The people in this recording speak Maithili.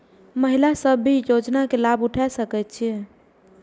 महिला सब भी योजना के लाभ उठा सके छिईय?